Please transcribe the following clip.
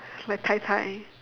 like tai-tai